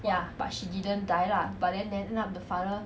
ya but she didn't die lah but then ended up the father